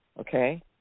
Okay